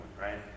right